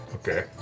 Okay